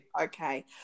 Okay